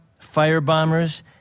firebombers